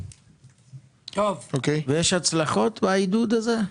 יש הצלחות בעידוד הזה?